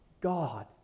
God